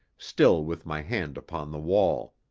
still with my hand upon the wall.